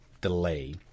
delay